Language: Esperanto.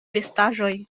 vestaĵoj